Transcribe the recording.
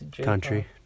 Country